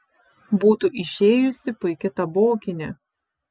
būtų išėjusi puiki tabokinė